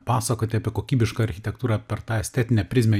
pasakoti apie kokybišką architektūrą per tą estetinę prizmę